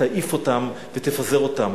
תעיף אותם ותפזר אותם.